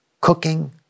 cooking